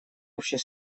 общей